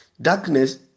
Darkness